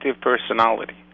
personality